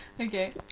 okay